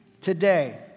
today